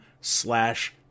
slash